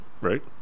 right